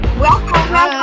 welcome